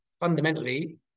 fundamentally